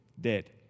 dead